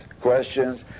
questions